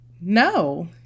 No